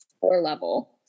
four-level